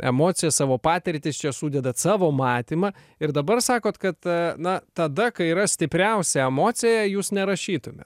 emocijas savo patirtis čia sudedat savo matymą ir dabar sakote kad na tada kai yra stipriausia emocija jūs nerašytumėt